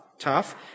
tough